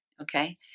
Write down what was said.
okay